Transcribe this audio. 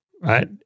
right